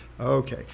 Okay